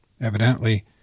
evidently